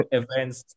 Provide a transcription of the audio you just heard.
events